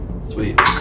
Sweet